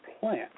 plant